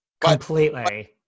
completely